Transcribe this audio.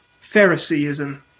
Phariseeism